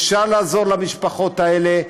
אפשר לעזור למשפחות האלה,